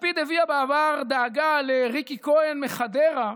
לפיד הביע בעבר דאגה לריקי כהן מחדרה,